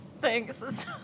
Thanks